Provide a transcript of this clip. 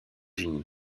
unis